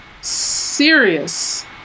serious